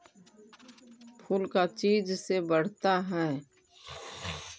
फूल का चीज से बढ़ता है?